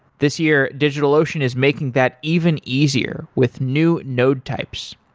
this year, digitalocean is making that even easier with new node types.